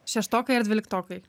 šeštokai ar dvyliktokai